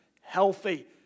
healthy